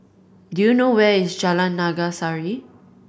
do you know where is Jalan Naga Sari